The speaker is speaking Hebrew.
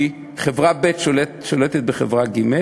כי חברה ב' שולטת בחברה ג',